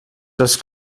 das